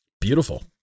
Beautiful